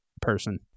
person